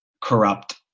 corrupt